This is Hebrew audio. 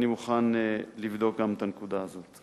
ואני מוכן לבדוק גם את הנושא הזה.